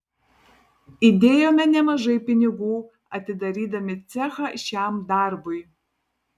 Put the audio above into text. įdėjome nemažai pinigų atidarydami cechą šiam darbui